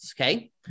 okay